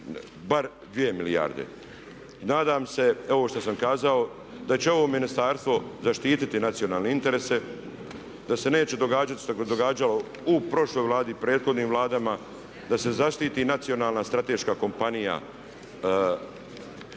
bar 2 milijarde. Nadam se, ovo što sam kazao, da će ovo ministarstvo zaštititi nacionalne interese, da se neće događati što se događalo u prošloj Vladi i prethodnim vladama, da se zaštiti nacionalna strateška kompanija